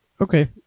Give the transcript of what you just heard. okay